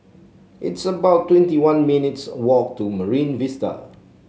it's about twenty one minutes' walk to Marine Vista